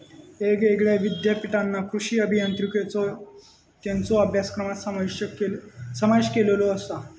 येगयेगळ्या ईद्यापीठांनी कृषी अभियांत्रिकेचो त्येंच्या अभ्यासक्रमात समावेश केलेलो आसा